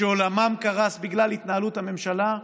שעולמם קרס בגלל התנהלות הממשלה,